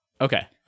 Okay